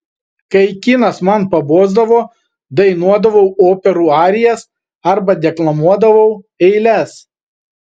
kai kinas man pabosdavo dainuodavau operų arijas arba deklamuodavau eiles